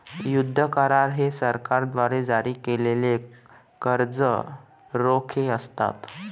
युद्ध करार हे सरकारद्वारे जारी केलेले कर्ज रोखे असतात